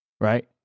right